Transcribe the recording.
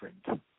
different